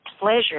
pleasure